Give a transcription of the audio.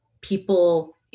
people